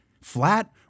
flat